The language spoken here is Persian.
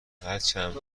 هرچند